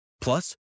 Plus